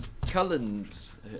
Cullen's